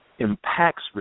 Impacts